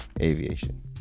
aviation